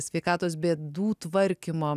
sveikatos bėdų tvarkymo